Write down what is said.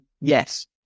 yes